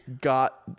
got